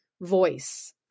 voice